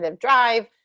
drive